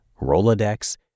Rolodex